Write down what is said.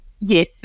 Yes